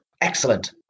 excellent